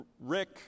Rick